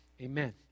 amen